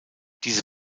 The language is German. diese